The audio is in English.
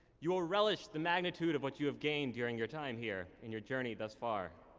you will relish the magnitude of what you have gained during your time here in your journey thus far